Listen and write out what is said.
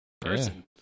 person